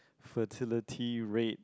fertility rate